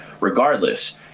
regardless